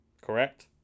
Correct